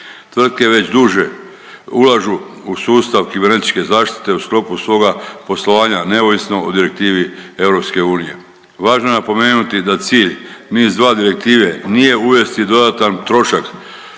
Tvrtke već duže ulažu u sustav kibernetičke zaštite u sklopu svoga poslovanja neovisno o direktivi EU. Važno je napomenuti da cilj NIS2 direktive nije uvesti dodatan trošak